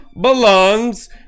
belongs